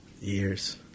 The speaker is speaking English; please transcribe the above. Years